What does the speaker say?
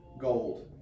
gold